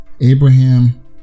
Abraham